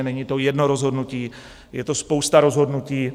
Není to jedno rozhodnutí, je to spousta rozhodnutí.